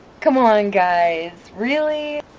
c'mon guys, really?